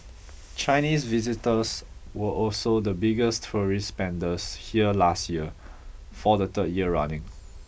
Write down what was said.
Chinese visitors were also the biggest tourist spenders here last year for the third year running